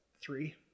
three